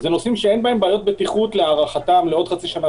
אלה נושאים שאין בהם בעיות בטיחות להארכתם לעוד חצי שנה,